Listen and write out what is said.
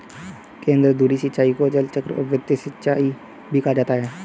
केंद्रधुरी सिंचाई को जलचक्र और वृत्त सिंचाई भी कहा जाता है